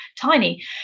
tiny